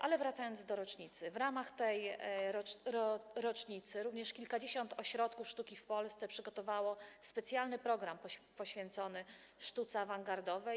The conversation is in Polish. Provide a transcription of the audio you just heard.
Ale wracając do rocznicy - w ramach tej rocznicy również kilkadziesiąt ośrodków sztuki w Polsce przygotowało specjalne programy poświęcone sztuce awangardowej.